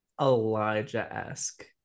elijah-esque